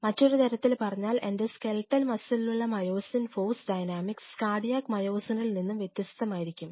മറ്റൊരുതരത്തിൽ പറഞ്ഞാൽ എൻറെ സ്കേലേറ്റൽ മസിലിലുള്ള മയോസിൻ ഫോഴ്സ് ഡയനാമിക്സ് കാർഡിയാക് മയോസിനിൽ നിന്നും വ്യത്യസ്തമായിരിക്കും